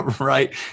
right